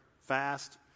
Fast